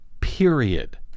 period